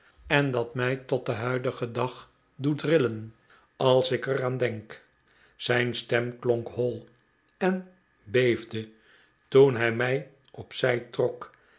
en dat mij tot den huidigen dag doet rillen als ik er aan denk zijn stem klonk hoi en beefde toen hij mij op zij trok